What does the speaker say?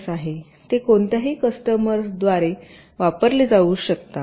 ते कोणत्याही कस्टमरद्वारे वापरले जाऊ शकतात